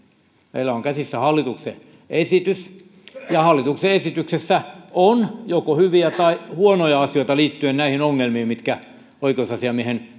meillä on käsissämme hallituksen esitys ja hallituksen esityksessä on joko hyviä tai huonoja asioita liittyen näihin ongelmiin mitkä oikeusasiamiehen